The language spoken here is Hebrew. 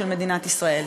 של מדינת ישראל.